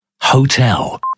hotel